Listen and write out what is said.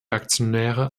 aktionäre